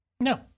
No